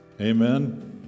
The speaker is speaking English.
amen